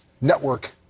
network